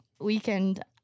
weekend